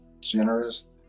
generous